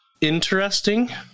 interesting